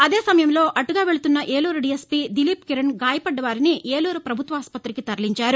అదే సమయంలో అటుగా వెళ్తున్న ఏలూరు డీఎస్పీ దిలీప్ కిరణ్ గాయపడ్డ వారిని ఏలూరు ప్రపభుత్వాస్పత్రికి తరలించారు